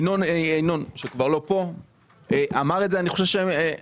ינון, שכבר לא פה, אמר את זה והוא צודק.